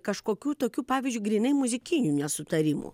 kažkokių tokių pavyzdžiui grynai muzikinių nesutarimų